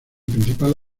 principal